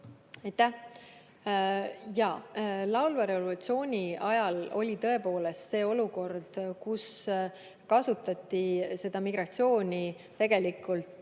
Jaa, laulva revolutsiooni ajal oli tõepoolest see olukord, kus kasutati migratsiooni tööriistana